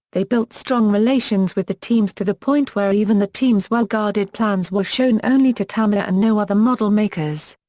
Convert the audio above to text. they built strong relations with the teams to the point where even the teams' well guarded plans were shown only to tamiya and no other model makers.